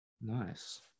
nice